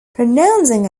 pronouncing